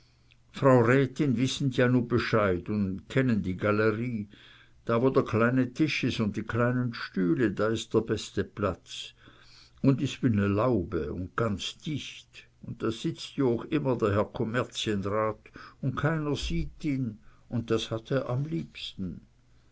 frau rätin wissen ja nu bescheid un kennen die galerie da wo der kleine tisch is un die kleinen stühle das ist der beste platz un is wie ne laube un janz dicht un da sitzt ooch immer der herr kommerzienrat un keiner sieht ihn un das hat er am liebsten